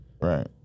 right